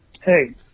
hey